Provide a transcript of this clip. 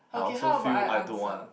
okay how about I answer